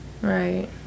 right